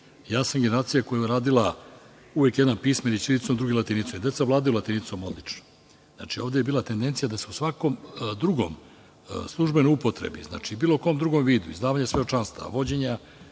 sam generacija koja je radila uvek jedan pismeni ćirilicom, a drugi latinicom. Deca vladaju latinicom odlično. Ovde je bila tendencija da se u svakom drugom, službenoj upotrebi, bilo kom drugom vidu, izdavanja svedočanstava, vođenja